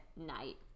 Night